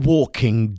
Walking